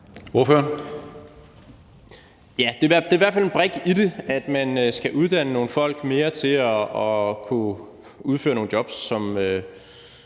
Det er i hvert fald en brik i det, at man skal uddanne nogle folk mere til at kunne udføre nogle jobs, som